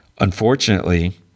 Unfortunately